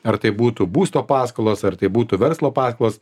ar tai būtų būsto paskolos ar tai būtų verslo paskolos